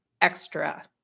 extra